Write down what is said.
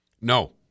No